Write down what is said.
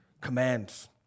commands